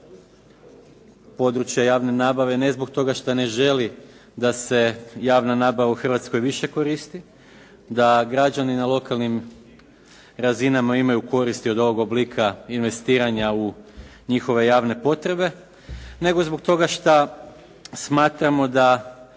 područja javne nabave, ne zbog toga što ne želi da se javna nabava u Hrvatskoj više koristi, da građani na lokalnim razinama imaju koristi od ovog oblika investiranja u njihove javne potrebe, nego zbog toga što smatramo da